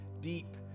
deep